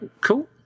cool